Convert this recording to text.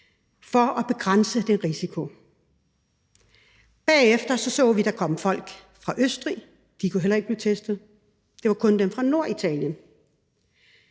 for at begrænse risikoen? Bagefter så vi, at der kom folk fra Østrig. De kunne heller ikke blive testet; det kunne kun dem fra Norditalien.